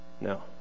No